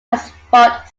asphalt